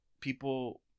people